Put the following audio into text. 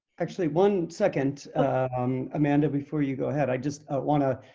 actually, one second um amanda, before you go ahead, i just ah want to,